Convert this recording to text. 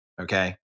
okay